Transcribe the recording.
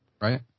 Right